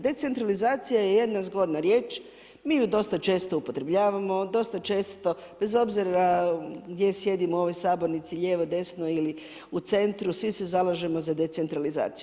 Decentralizacija je jedna zgodna riječ, mi ju dosta često upotrebljavamo, dosta često bez obzira gdje sjedimo u ovoj sabornici, lijevo, desno ili u centru, svi se zalažemo za decentralizaciju.